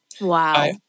Wow